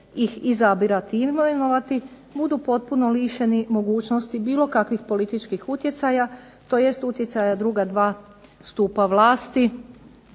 ih izabirati i imenovati budu potpuno lišeni mogućnosti bilo kakvih političkih utjecaja, tj. utjecaja druga dva stupa vlasti,